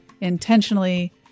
intentionally